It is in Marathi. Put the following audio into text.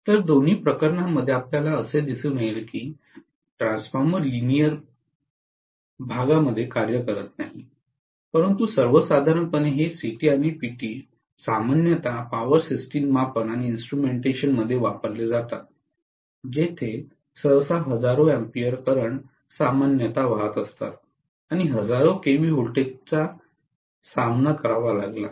तर दोन्ही प्रकरणांमध्ये आपल्याला असे दिसून येईल की ट्रान्सफॉर्मर लीनियर प्रदेशात कार्य करत नाही परंतु सर्वसाधारणपणे हे सीटी आणि पीटी सामान्यत पॉवर सिस्टम मापन आणि इन्स्ट्रुमेंटेशनमध्ये वापरले जातात जेथे सहसा हजारो अॅम्पीयर करंट सामान्यत वाहतात आणि हजारो केव्ही व्होल्टेजच्या सामना करावा लागला